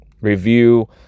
review